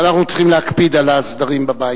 אנחנו צריכים להקפיד על הסדרים בבית.